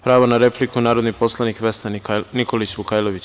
Pravo na repliku, narodni poslanik Vesna Nikolić Vukajlović.